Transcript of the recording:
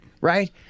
Right